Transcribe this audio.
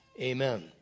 Amen